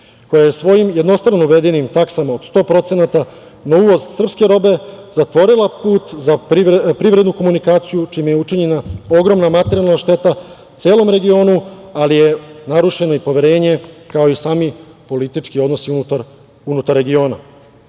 koja je svojim jednostrano uvedenim taksama, od 100% na uvoz srpske robe, zatvorila put za privrednu komunikaciju, čime je učinjena ogromna materijalna šteta celom regionu, ali je narušeno i poverenje, kao i sami politički odnosi unutar regiona. Uprkos